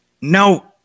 No